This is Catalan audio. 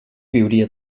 viuria